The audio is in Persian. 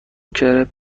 کرپ